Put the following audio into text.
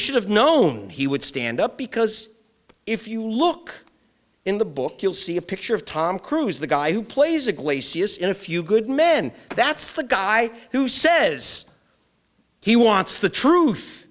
should have known he would stand up because if you look in the book you'll see a picture of tom cruise the guy who plays a glacis in a few good men that's the guy who says he wants the truth